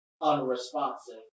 unresponsive